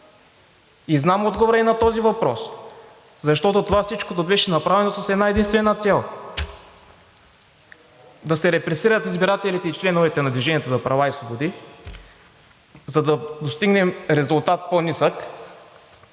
Знам отговора и на този въпрос, защото това всичкото беше направено с една-единствена цел – да се репресират избирателите и членовете на „Движение за права и свободи“, за да постигнем по-нисък